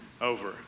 over